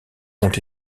ont